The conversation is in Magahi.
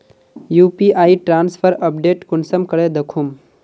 यु.पी.आई ट्रांसफर अपडेट कुंसम करे दखुम?